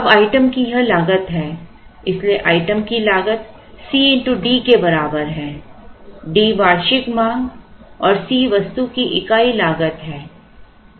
अब आइटम की यह लागत है इसलिए आइटम की लागत CD के बराबर है D वार्षिक मांग और C वस्तु की इकाई लागत है